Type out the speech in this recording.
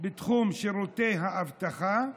בתחום שירותי האבטחה,